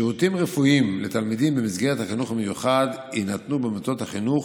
שירותים רפואיים לתלמידים במסגרת החינוך המיוחד יינתנו במוסדות החינוך,